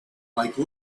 like